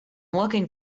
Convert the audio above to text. looking